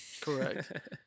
Correct